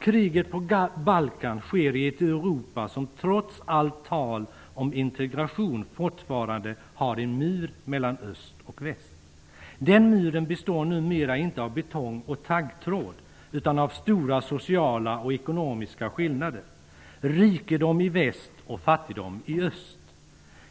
Kriget på Balkan sker i ett Europa som trots allt tal om integration fortfarande har en mur mellan öst och väst. Den muren består numera inte av betong och taggtråd utan av stora sociala och ekonomiska skillnader, nämligen rikedom i väst och fattigdom i öst.